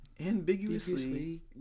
Ambiguously